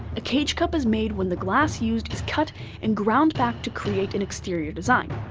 a cage-cup is made when the glass used is cut and ground back to create an exterior design.